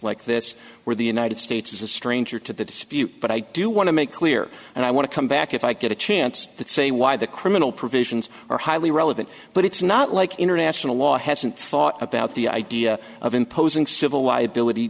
like this where the united states is a stranger to the dispute but i do want to make clear and i want to come back if i get a chance to say why the criminal provisions are highly relevant but it's not like international law hasn't thought about the idea of imposing civil liability